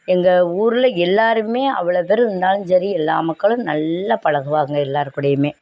எங்கள் ஊரில் எல்லாருமே அவ்வளோ பேர் இருந்தாலும் சரி எல்லா மக்களும் நல்லா பழகுவாங்க எல்லார் கூடையுமே